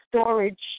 storage